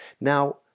Now